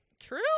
True